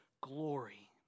glory